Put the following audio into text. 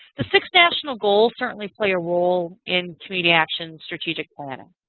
the six national goals certainly play a role in community action strategic planning.